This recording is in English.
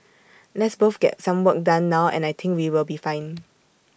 let's both get some work done now and I think we will be fine